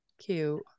Cute